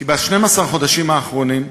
כי ב-12 החודשים האחרונים,